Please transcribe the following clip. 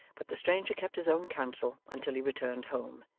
but the stranger kept his own counsel until he returned home,